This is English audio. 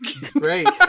Great